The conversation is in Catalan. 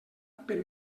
per